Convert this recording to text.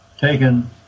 taken